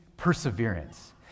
perseverance